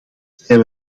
zijn